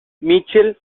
mitchell